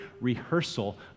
rehearsal